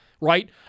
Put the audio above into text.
right